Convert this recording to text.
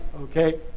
okay